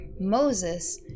Moses